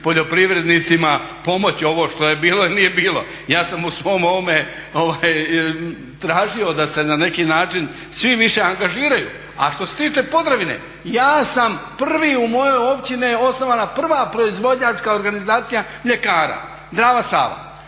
poljoprivrednicima pomoći ovo što je bilo ili nije bilo. Ja sam u svom ovome tražio da se na neki način svi više angažiraju a što se tiče Podravine ja sam prvi, u mojoj općini je osnovana prva proizvođačka organizacija mljekara Drava-Sava